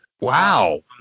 wow